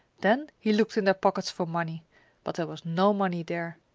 then he looked in their pockets for money but there was no money there.